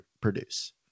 produce